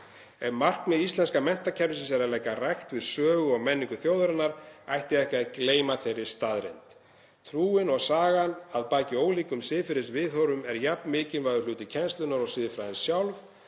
Ef markmið íslenska menntakerfisins er að leggja rækt við sögu og menningu þjóðarinnar ætti ekki að gleyma þeirri staðreynd. Trúin og sagan að baki ólíkum siðferðisviðhorfum er jafn mikilvægur hluti kennslunnar og siðfræðin sjálf.